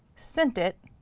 sent it,